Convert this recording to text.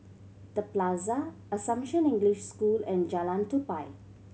The Plaza Assumption English School and Jalan Tupai